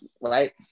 right